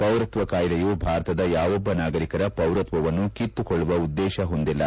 ಪೌರತ್ವ ಕಾಯ್ವೆಯು ಭಾರತದ ಯಾವೊಬ್ಬ ನಾಗರಿಕರ ಪೌರತ್ವವನ್ನು ಕಿತ್ತುಕೊಳ್ಳುವ ಉದ್ದೇಶ ಹೊಂದಿಲ್ಲ